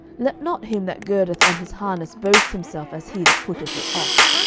let not him that girdeth on his harness boast himself as he that putteth it off.